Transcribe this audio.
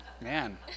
Man